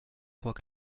crois